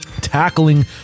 tackling